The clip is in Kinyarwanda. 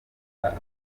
abandi